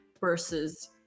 versus